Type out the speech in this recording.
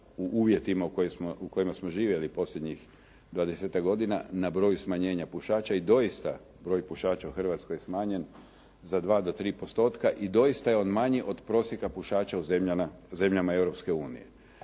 u uvjetima u kojima smo živjeli posljednjih dvadesetak godina na broju smanjenja pušača i doista broj pušača u Hrvatskoj je smanjen za 2 do 3% i doista je on manji od prosjeka pušača u zemljama